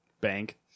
bank